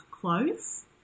clothes